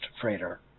freighter